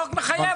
החוק מחייב?